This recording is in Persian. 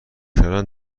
کردن